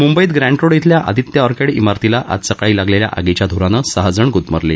मुंबईत ग्रँटरोड इथल्या आदित्य ऑर्केड इमारतीला आज सकाळी लागलेल्या आगीच्या धुरानं सहा जण गुदमरले